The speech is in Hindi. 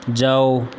जाओ